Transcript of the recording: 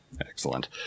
Excellent